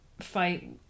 fight